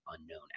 unknown